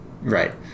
right